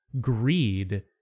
greed